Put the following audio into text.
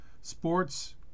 Sports